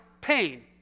pain